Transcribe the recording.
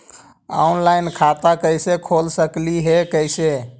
Online खाता कैसे खोल सकली हे कैसे?